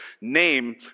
name